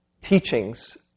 teachings